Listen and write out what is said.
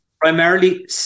Primarily